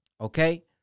Okay